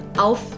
auf